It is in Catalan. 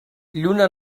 lluna